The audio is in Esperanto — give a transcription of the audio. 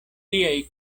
tiaj